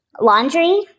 Laundry